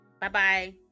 Bye-bye